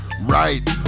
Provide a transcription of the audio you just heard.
right